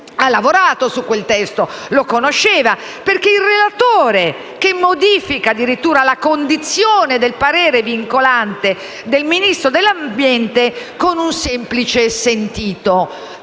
ha lavorato su quel testo: lo conosceva, perché è il relatore che modifica addirittura la condizione del parere vincolante del Ministro dell'ambiente con un semplice «sentito»;